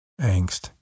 angst